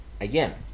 again